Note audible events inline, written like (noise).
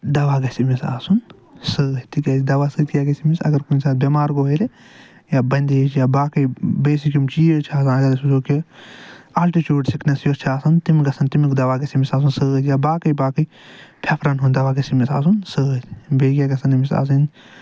دوا گژھِ أمِس آسُن سۭتۍ دوا سۭتۍ کیاہ گژھِ أمِس اَگر کُنہِ ساتہٕ بٮ۪مار گوٚو ہٮ۪رِ یا بَندٮ۪ج یا باقٕے بیٚیہِ یِم چیٖز چھِ آسان (unintelligible) الٹِچوٗڈ سِکنیس یۄس چھےٚ آسان تِم گژھن تِمیُک دوا گژھِ أمِس آسُن أمِس سۭتۍ یا باقٕے باقٕے پھیپھرَن ہُند دوا گژھِ أمِس آسُن سۭتۍ بیٚیہِ کیاہ گژھن أمِس آسٕنۍ